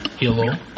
Hello